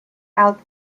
out